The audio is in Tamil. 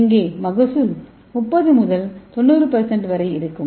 இங்கே மகசூல் 30 முதல் 90 வரை இருக்கும்